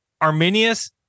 Arminius